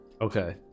Okay